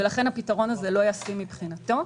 ולכן הפתרון הזה לא ישים מבחינתו.